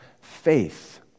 faith